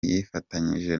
yifatanyije